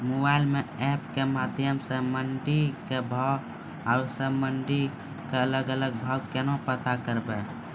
Mobile म app के माध्यम सऽ मंडी के भाव औरो सब मंडी के अलग अलग भाव केना पता करबै?